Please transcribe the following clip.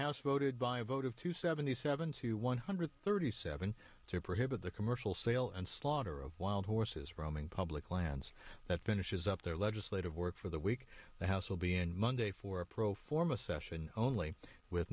house voted by a vote of two seventy seven to one hundred thirty seven to prohibit the commercial sale and slaughter of wild horses roaming public lands that finishes up their legislative work for the week the house will be in monday for a pro forma session only with